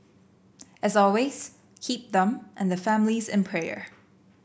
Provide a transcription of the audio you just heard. as always keep them and their families in prayer